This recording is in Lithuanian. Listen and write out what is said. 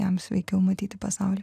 jam sveikiau matyti pasaulį